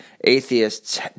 Atheists